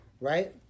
Right